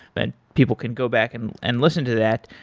and people can go back and and listen to that.